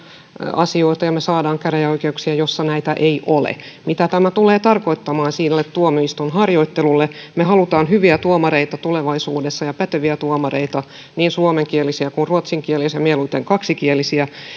asioita ja me saamme käräjäoikeuksia joissa näitä ei ole mitä tämä tulee tarkoittamaan sille tuomioistuinharjoittelulle me haluamme hyviä tuomareita tulevaisuudessa ja päteviä tuomareita niin suomenkielisiä kuin ruotsinkielisiä mieluiten kaksikielisiä